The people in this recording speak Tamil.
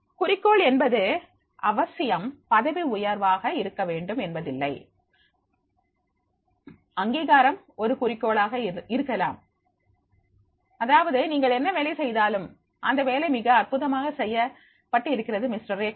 குறிக்கோள் என்பது அவசியம் பதவி உயர்வாக இருக்க வேண்டும் என்பதில்லை அங்கீகாரம் ஒரு குறிக்கோளாக இருக்கலாம் அதாவது நீங்கள் என்ன வேலை செய்தாலும் இந்த வேலை மிக அற்புதமாக செய்யப்பட்டிருக்கிறது மிஸ்டர் எக்ஸ்Mr